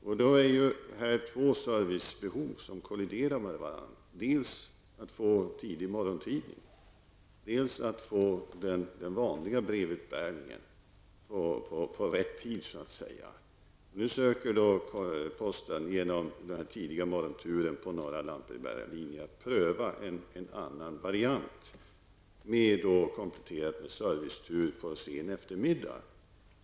Men två av människornas servicebehov kolliderar med varandra: dels att få en tidig morgontidning, dels att få den vanliga brevbäringen på rätt tid. Nu söker posten genom den tidiga morgonturen på några lantbrevbärarlinjer pröva en annan variant kompletterad med en servicetur på sen eftermiddag.